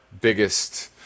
biggest